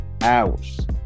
hours